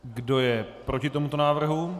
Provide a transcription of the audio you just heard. Kdo je proti tomuto návrhu?